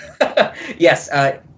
Yes